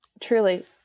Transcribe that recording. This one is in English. Truly